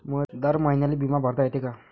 दर महिन्याले बिमा भरता येते का?